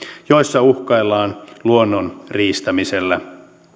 joissa uhkaillaan luonnon riistämisellä